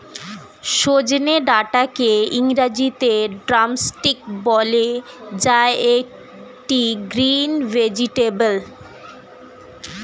সজনে ডাটাকে ইংরেজিতে ড্রামস্টিক বলে যা একটি গ্রিন ভেজেটাবেল